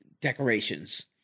decorations